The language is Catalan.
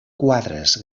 quadres